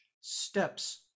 steps